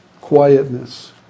quietness